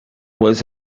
was